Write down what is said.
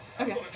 Okay